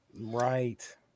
Right